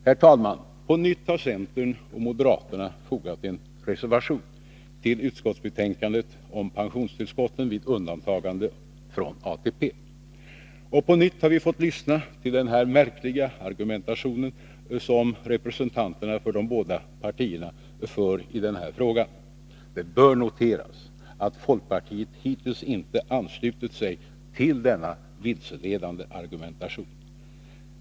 Herr talman! På nytt har centern och moderaterna fogat en reservation till utskottsbetänkandet om pensionstillskotten vid undantagande från ATP. Och på nytt har vi fått lyssna till den märkliga argumentation som representanterna för de båda partierna för i denna fråga. Det bör noteras att folkpartiet hittills inte anslutit sig till denna vilseledande argumentation.